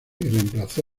reemplazó